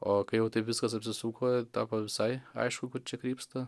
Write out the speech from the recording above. o kai jau taip viskas apsisuko tapo visai aišku kur čia krypsta